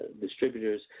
distributors